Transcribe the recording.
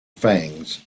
fangs